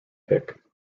pick